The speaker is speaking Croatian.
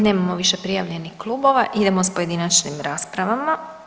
Nemamo više prijavljenih klubova, idemo s pojedinačnim raspravama.